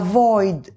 Avoid